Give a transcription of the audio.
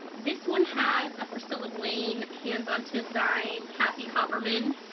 this one has a priscilla blaine hands-on design kathy haberman